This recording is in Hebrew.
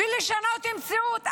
ולשנות מציאות,